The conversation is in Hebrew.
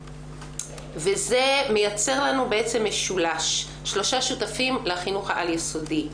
זה מייצר לנו משולש שלושה שותפים לחינוך העל יסודי: